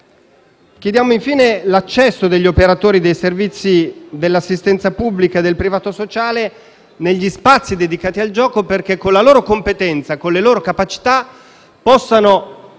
Chiediamo infine l'accesso degli operatori dei servizi dell'assistenza pubblica e del privato sociale negli spazi dedicati al gioco, perché, con la loro competenza e con le loro capacità, possano